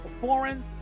foreign